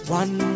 one